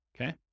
okay